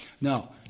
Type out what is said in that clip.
Now